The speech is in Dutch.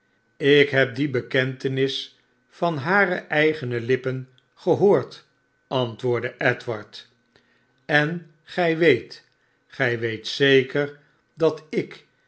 ik heb die bekentenis van hare eigene lippen gehoord antwoordde edward en gij weet gij weet zeker dat ik